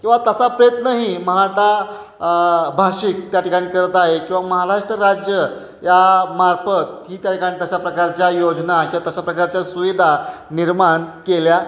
किंवा तसा प्रयत्नही मराठा भाषिक त्या ठिकाणी करत आहे किंवा महाराष्ट्र राज्य या मार्फत ही त्या ठिकाणी तशा प्रकारच्या योजना किंवा तशा प्रकारच्या सुविधा निर्माण केल्या